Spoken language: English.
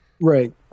Right